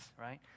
right